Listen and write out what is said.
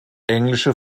englische